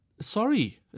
sorry